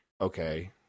okay